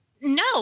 No